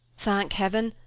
thank heaven,